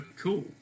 Cool